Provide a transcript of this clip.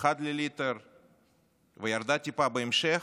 אחד לליטר וירדה טיפה בהמשך,